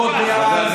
מדובר בחוקים גזעניים.